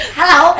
hello